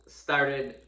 started